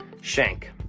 Shank